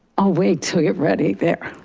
i'll wait til you're ready there.